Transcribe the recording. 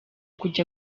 kujya